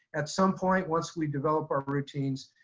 at some point once we develop our routines,